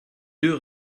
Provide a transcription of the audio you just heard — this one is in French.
deux